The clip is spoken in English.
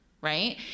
right